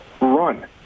run